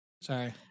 Sorry